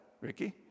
Ricky